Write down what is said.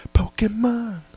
Pokemon